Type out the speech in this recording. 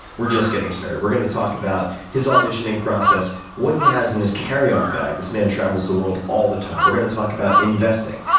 we're just getting started. we're going to talk about his auditioning process, what he has in his carryon bag this man travels the world all the time. we're going to talk about investing,